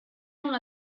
una